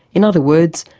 in other words,